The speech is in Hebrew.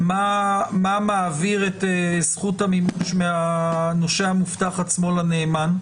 מה מעביר את זכות המימוש מהנושה המובטח עצמו לנאמן.